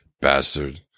bastard